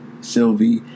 sylvie